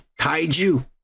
kaiju